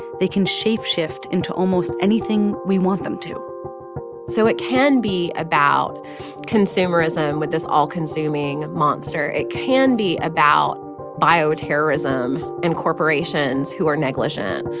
they can shapeshift into almost anything we want them to so it can be about consumerism with this all-consuming monster. it can be about bioterrorism and corporations who are negligent.